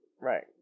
Right